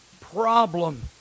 problem